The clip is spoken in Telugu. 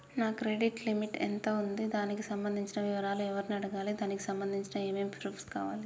నా క్రెడిట్ లిమిట్ ఎంత ఉంది? దానికి సంబంధించిన వివరాలు ఎవరిని అడగాలి? దానికి సంబంధించిన ఏమేం ప్రూఫ్స్ కావాలి?